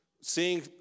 seeing